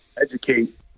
educate